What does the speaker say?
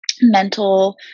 mental